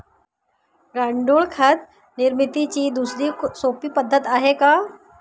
गांडूळ खत निर्मितीची दुसरी सोपी पद्धत आहे का?